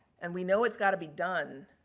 and, we know it's got to be done.